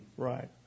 Right